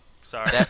sorry